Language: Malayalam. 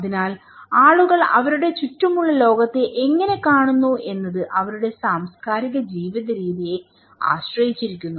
അതിനാൽ ആളുകൾ അവരുടെ ചുറ്റുമുള്ള ലോകത്തെ എങ്ങനെ കാണുന്നു എന്നത് അവരുടെ സാംസ്കാരിക ജീവിതരീതിയെ ആശ്രയിച്ചിരിക്കുന്നു